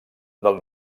del